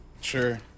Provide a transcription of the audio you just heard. Sure